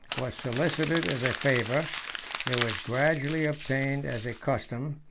was solicited as a favor it was gradually obtained as a custom,